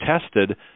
tested